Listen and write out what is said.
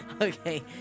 Okay